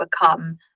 become